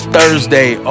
Thursday